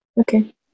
Okay